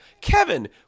Kevin